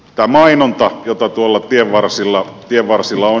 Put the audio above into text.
tämä mainonta jota tuolla tienvarsilla on